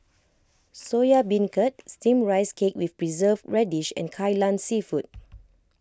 Soya Beancurd Steamed Rice Cake with Preserved Radish and Kai Lan Seafood